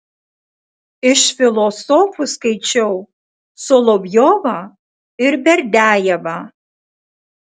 iš filosofų skaičiau solovjovą ir berdiajevą